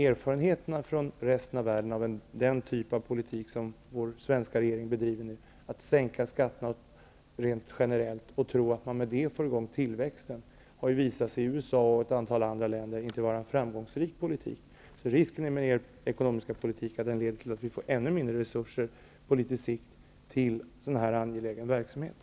Erfarenheterna från resten av världen -- från USA och ett antal andra länder -- av den typ av politik som vår svenska regering nu bedriver, att sänka skatterna rent generellt och tro att man så får i gång tillväxten, har visat att den inte är framgångsrik. Risken med er ekonomiska politik är att den leder till att vi på sikt får ännu mindre resurser till sådana här angelägna verksamheter.